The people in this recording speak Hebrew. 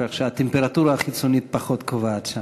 כך שהטמפרטורה החיצונית פחות קובעת שם.